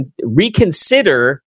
reconsider